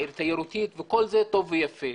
עיר תיירותית וכל זה טוב ויפה.